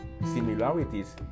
similarities